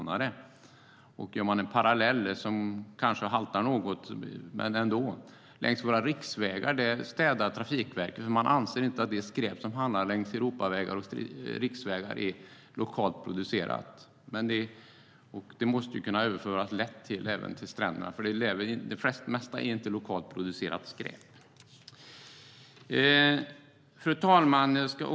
Jag kan dra en parallell - den kanske haltar något, men ändå: Längs våra riksvägar städar Trafikverket. Man anser inte att det skräp som hamnar längs Europavägar och riksvägar är lokalt producerat. Denna princip måste lätt kunna överföras även till stränderna. Det mesta är inte lokalt producerat skräp där heller. Fru talman!